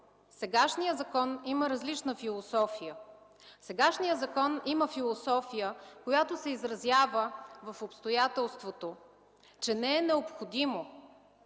Сегашният закон има различна философия. Сегашният закон има философия, която се изразява в обстоятелството, че не е необходимо